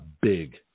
big